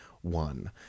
one